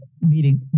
meeting